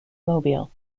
mobile